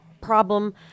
problem